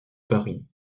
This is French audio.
paris